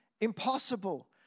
impossible